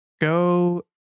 go